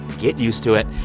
get used to it.